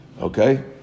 Okay